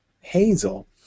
Hazel